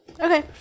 Okay